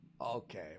Okay